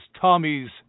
Tommy's